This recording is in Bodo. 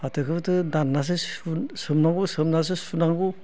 फाथोखौबोथ' दाननासो सोमनांगौ सोमनासो सुनांगौ